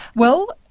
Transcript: well,